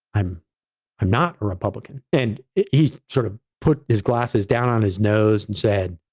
i'm i'm not a republican, and he sort of put his glasses down on his nose and said,